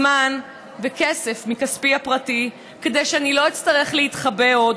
זמן וכסף מכספי הפרטי כדי שאני לא אצטרך להתחבא עוד,